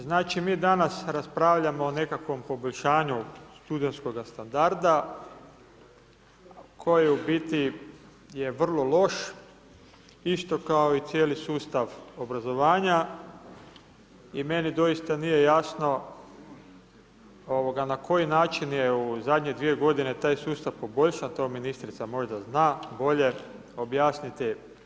Znači mi danas raspravljamo o nekakvom poboljšanju studentskoga standarda koji u biti je vrlo loš isto kao i cijeli sustav obrazovanja i meni dosta nije jasno na koji način je u zadnje 2 g. taj sustav poboljšan, to ministrica možda zna bolje objasniti.